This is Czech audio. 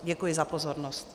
Děkuji za pozornost.